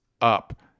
up